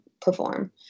perform